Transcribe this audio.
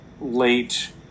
late